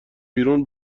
بیرون